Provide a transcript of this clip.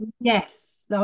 Yes